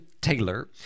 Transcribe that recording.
Taylor